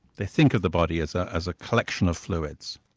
they think of the body as ah as a collection of fluids.